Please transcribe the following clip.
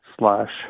slash